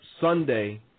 Sunday